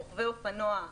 רוכבי אופנוע,